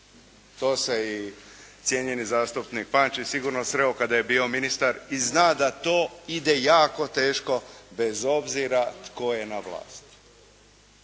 To se i cijenjeni zastupnik Pančić sigurno sreo kada je bio ministar i zna da to ide jako teško bez obzira tko je na vlasti.